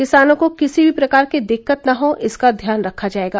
किसानों को किसी भी प्रकार की दिक्कत न हो इसका ध्यान रखा जायेगा